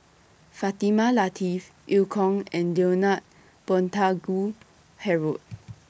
Fatimah Lateef EU Kong and Leonard Montague Harrod